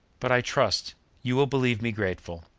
but i trust you will believe me grateful.